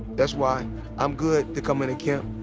that's why i'm good to come in and camp.